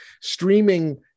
Streaming